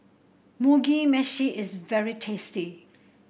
Mugi Meshi is very tasty